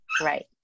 right